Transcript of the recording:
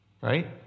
Right